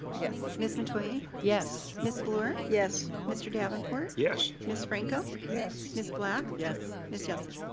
yes. ms. metoyer. yes. ms. fluor. yes. mr. davenport. yes. ms. franco. yes. ms. black. yes. ms. yelsey.